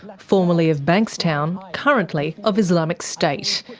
formerly of bankstown, currently of islamic state.